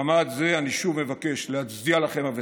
במעמד זה אני שוב מבקש להצדיע לכם, הווטרנים,